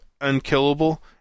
unkillable